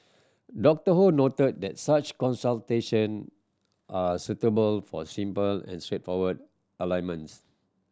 Doctor Ho noted that such consultation are suitable for simple and straightforward ailments